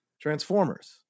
Transformers